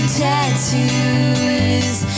tattoos